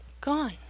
Gone